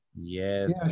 Yes